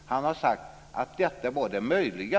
Han har sagt att detta var det möjliga.